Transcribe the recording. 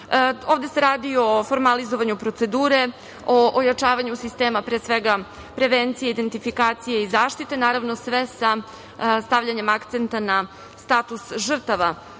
Ovde se radi o formalizovanju procedure, o ojačavanju sistema, pre svega prevencije, identifikacije i zaštite, naravno sve sa stavljanjem akcenta na status žrtava